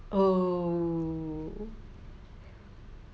oh